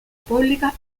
pública